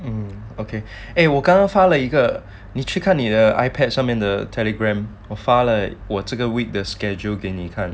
um okay eh 我刚刚发了一个你去看你的 ipad 上面的 Telegram 我发了我这个 week 的 schedule 给你看